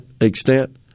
extent